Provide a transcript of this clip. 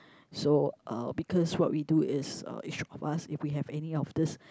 so uh because what we do is uh each of us if we have any of this